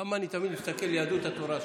למה אני תמיד מסתכל על יהדות התורה שם?